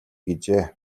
гэжээ